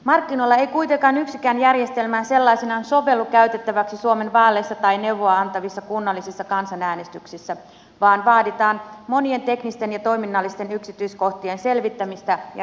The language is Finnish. markkinoilla ei kuitenkaan yksikään järjestelmä sellaisenaan sovellu käytettäväksi suomen vaaleissa tai neuvoa antavissa kunnallisissa kansanäänestyksissä vaan vaaditaan monien teknisten ja toiminnallisten yksityiskohtien selvittämistä ja ratkaisemista